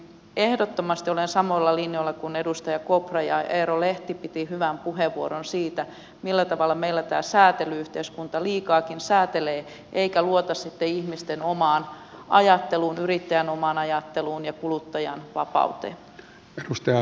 ehdottomasti olen samoilla linjoilla kuin edustaja kopra ja eero lehti piti hyvän puheenvuoron siitä millä tavalla meillä tämä säätely yhteiskunta liikaakin säätelee eikä luota ihmisten omaan ajatteluun yrittäjän omaan ajatteluun ja kuluttajan vapauteen